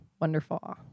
wonderful